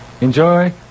enjoy